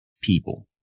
people